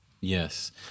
Yes